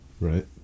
Right